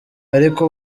ariko